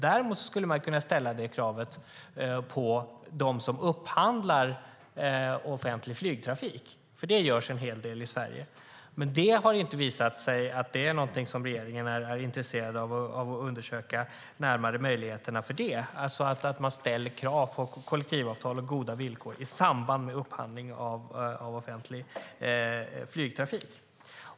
Däremot skulle man kunna ställa det kravet på dem som upphandlar offentlig flygtrafik. Offentlig flygtrafik upphandlas en hel del i Sverige. Men det har inte visat sig att regeringen är intresserad av att närmare undersöka möjligheterna till det och att ställa krav på kollektivavtal och goda villkor i samband med upphandling av offentlig flygtrafik.